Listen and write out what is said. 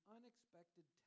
Unexpected